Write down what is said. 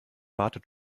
wartet